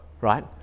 right